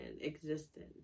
existence